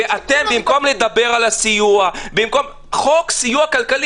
במקום לדבר על הסיוע החוק לסיוע כלכלי